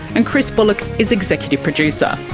and chris bullock is executive producer.